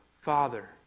Father